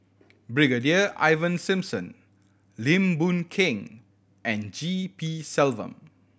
Brigadier Ivan Simson Lim Boon Keng and G P Selvam